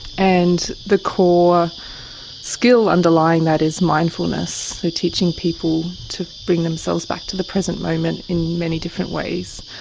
and the core skill underlying that is mindfulness, teaching people to bring themselves back to the present moment in many different ways.